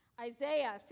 Isaiah